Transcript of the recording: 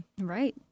Right